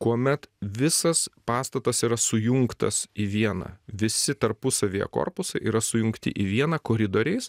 kuomet visas pastatas yra sujungtas į vieną visi tarpusavyje korpusai yra sujungti į vieną koridoriais